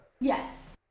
Yes